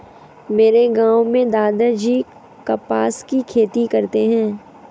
मेरे गांव में दादाजी कपास की खेती करते हैं